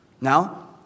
Now